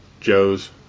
Joe's